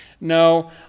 No